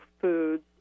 foods